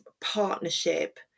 partnership